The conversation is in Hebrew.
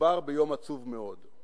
מדובר ביום עצוב מאוד.